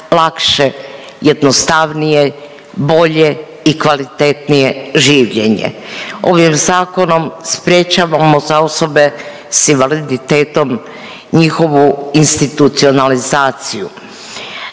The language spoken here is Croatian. lakše, jednostavnije, bolje i kvalitetnije življenje. Ovim zakonom sprječavamo za osobe s invaliditetom njihovu institucionalizaciju.